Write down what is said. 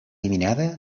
eliminada